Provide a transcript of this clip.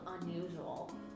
unusual